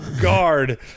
guard